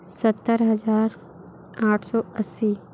सत्तर हजार आठ सौ अस्सी